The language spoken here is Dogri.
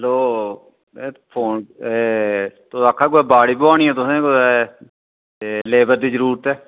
हैलो एह् फोन एह् तुस आखा दे बाड़ी बुआनी ऐ तुसें कुतै ते लेबर दी जरूरत ऐ